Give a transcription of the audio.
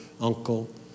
uncle